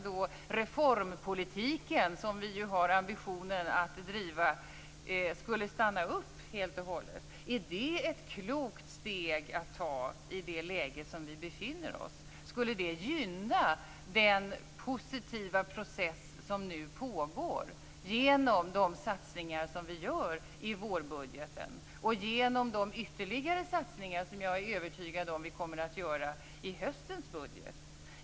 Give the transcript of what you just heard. Den reformpolitik som vi ju har ambitionen att driva skulle helt och hållet stanna upp. Är det ett klokt steg att ta i det läge som vi befinner oss i? Skulle det gynna den positiva process som nu pågår genom de satsningar som vi gör i vårbudgeten och genom de ytterligare satsningar som jag är övertygad om att vi kommer att göra i höstens budget?